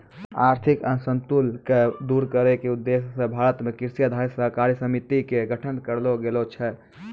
आर्थिक असंतुल क दूर करै के उद्देश्य स भारत मॅ कृषि आधारित सहकारी समिति के गठन करलो गेलो छै